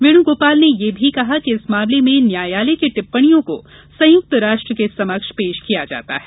वेणुगोपाल ने यह भी कहा कि इस मामले में न्या यालय की टिप्पंणियों को संयुक्ते राष्ट्रल के समक्ष पेश किया जाता है